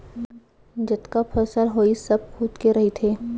जतका फसल होइस सब खुद के रहिथे